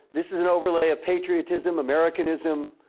this is an overlay of patriotism, americanism,